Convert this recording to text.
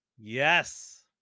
Yes